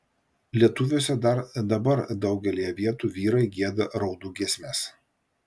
lietuviuose dar dabar daugelyje vietų vyrai gieda raudų giesmes